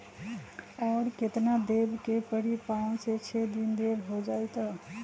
और केतना देब के परी पाँच से छे दिन देर हो जाई त?